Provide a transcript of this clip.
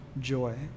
joy